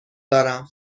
دارم